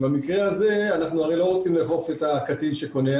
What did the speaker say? אבל במקרה הזה אנחנו הרי לא רוצים לאכוף את הקטין שקונה,